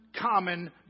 common